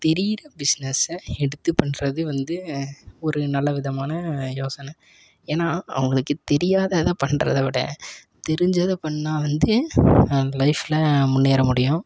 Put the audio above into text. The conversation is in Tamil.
தெரிகிற பிஸ்னெஸ்ஸை எடுத்து பண்ணுறது வந்து ஒரு நல்ல விதமான யோசனை ஏன்னா அவங்களுக்கு தெரியாததை பண்ணுறத விட தெரிஞ்சதை பண்ணிணா வந்து லைஃபில் முன்னேற முடியும்